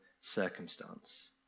circumstance